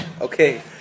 Okay